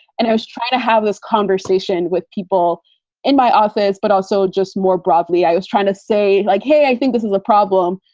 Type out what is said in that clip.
and i was trying to have this conversation with people in my office but also just more broadly, i was trying to say like, hey, i think this is the problem.